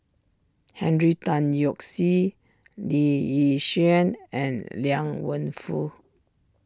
Henry Tan Yoke See Lee Yi Shyan and Liang Wenfu